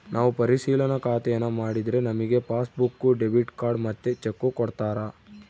ನಾವು ಪರಿಶಿಲನಾ ಖಾತೇನಾ ಮಾಡಿದ್ರೆ ನಮಿಗೆ ಪಾಸ್ಬುಕ್ಕು, ಡೆಬಿಟ್ ಕಾರ್ಡ್ ಮತ್ತೆ ಚೆಕ್ಕು ಕೊಡ್ತಾರ